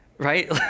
Right